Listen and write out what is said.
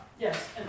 Yes